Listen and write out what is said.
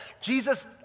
Jesus